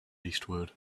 eastward